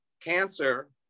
Cancer